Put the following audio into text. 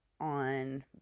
On